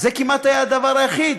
זה היה כמעט הדבר היחיד.